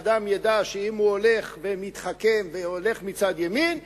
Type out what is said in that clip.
שאדם ידע שאם הוא הולך ומתחכם והולך מצד ימין,